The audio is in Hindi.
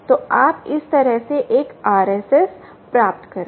तो आप इस तरह से एक RSS प्राप्त करें